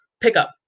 pickup